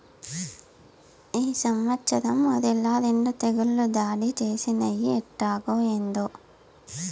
ఈ సంవత్సరం ఒరిల రెండు తెగుళ్ళు దాడి చేసినయ్యి ఎట్టాగో, ఏందో